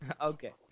Okay